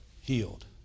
healed